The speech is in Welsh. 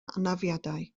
anafiadau